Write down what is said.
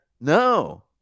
No